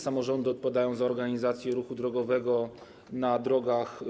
Samorządy odpowiadają za organizację ruchu drogowego na drogach,